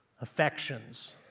affections